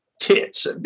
tits